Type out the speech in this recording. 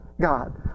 God